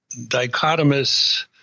dichotomous